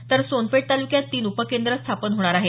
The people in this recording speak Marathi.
तर सोनपेठ तालुक्यात तीन उपकेंद्रं स्थापन होणार आहेत